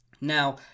Now